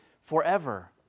forever